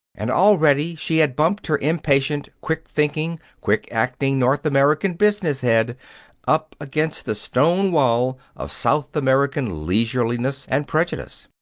and already she had bumped her impatient, quick-thinking, quick-acting north american business head up against the stone wall of south american leisureliness and prejudice.